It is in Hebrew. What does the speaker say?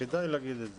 כדאי להגיד את זה.